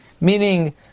Meaning